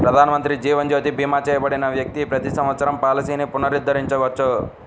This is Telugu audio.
ప్రధానమంత్రి జీవన్ జ్యోతి భీమా చేయబడిన వ్యక్తి ప్రతి సంవత్సరం పాలసీని పునరుద్ధరించవచ్చు